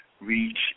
reach